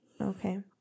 Okay